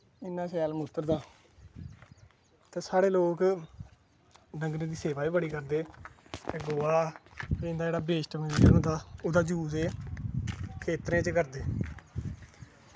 इन्ना शैल मुत्तरदा ते साढ़े लोग डंगरें दे सेवा बी बड़ी करदे ते इं'दा जेह्ड़ा बेस्ट होंदा ओह्दा यूस एह् खेत्तरें च करदे